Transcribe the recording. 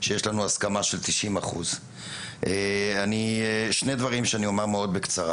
שיש לנו הסכמה של 90%. שני דברים שאני אומר מאוד בקצרה,